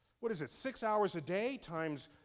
what is it? six hours a day times,